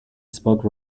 spoke